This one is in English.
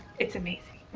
it's amazing.